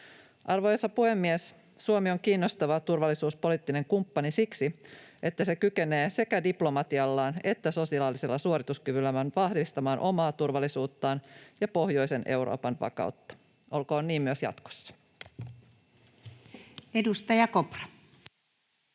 Arvoisa puhemies! Suomi on kiinnostava turvallisuuspoliittinen kumppani siksi, että se kykenee sekä diplomatiallaan että sotilaallisella suorituskyvyllään vahvistamaan omaa turvallisuuttaan ja pohjoisen Euroopan vakautta. Olkoon niin myös jatkossa. Edustaja Kopra.